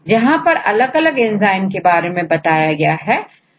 यहां पर अलग अलग एंजाइम के बारे में बताया गया है